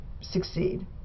succeed